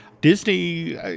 Disney